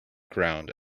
ground